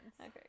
Okay